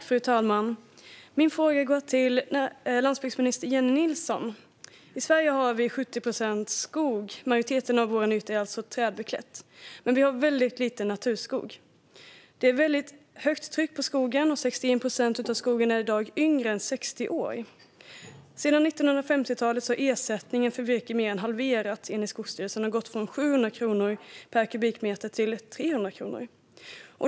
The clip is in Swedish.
Fru talman! Min fråga går till landsbygdsminister Jennie Nilsson. I Sverige har vi 70 procent skog. Den största delen av vår yta är alltså trädbeklädd. Men vi har väldigt lite naturskog. Trycket på skogen är väldigt högt, och 61 procent av skogen är i dag yngre än 60 år. Sedan 1950-talet har ersättningen för virke mer än halverats, enligt Skogsstyrelsen. Den har gått från 700 kronor per kubikmeter till 300 kronor.